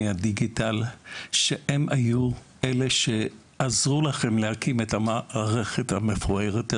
הדיגיטל שהיו אלה שעזרו לכם להקים את המערכת המפוארת הזאת.